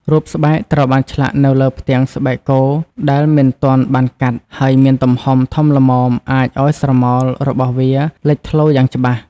រូបស្បែកត្រូវបានឆ្លាក់នៅលើផ្ទាំងស្បែកគោដែលមិនទាន់បានកាត់ ហើយមានទំហំធំល្មមអាចឱ្យស្រមោលរបស់វាលេចធ្លោយ៉ាងច្បាស់។